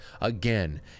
again